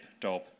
dob